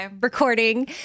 recording